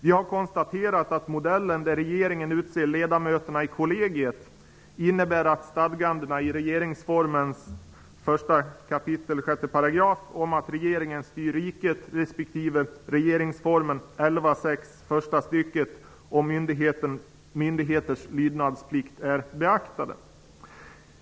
Vi har konstaterat att modellen där regeringen utser ledamöterna i kollegiet innebär att stadgandena i 1 kap. 6 § regeringsformen om att regeringen styr riket respektive i 11 kap. 6 § första stycket om myndigheters lydnadsplikt är beaktade.